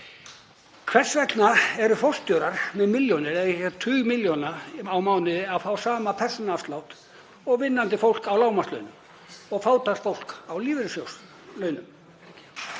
Hvers vegna eru forstjórar með milljónir eða tugi milljóna á mánuði að fá sama persónuafslátt og vinnandi fólk á lágmarkslaunum og fátækt fólk á lífeyrissjóðslaunum?